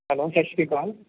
hello ਸਤਿ ਸ਼੍ਰੀ ਅਕਾਲ